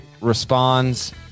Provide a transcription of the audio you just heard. responds